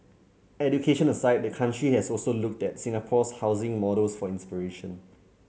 education aside the country has also looked that Singapore's housing models for inspiration